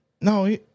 no